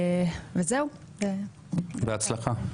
בהצלחה.